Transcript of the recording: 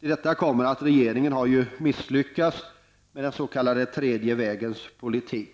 Till detta kommer att regeringen har misslyckats med den s.k. tredje vägens politik.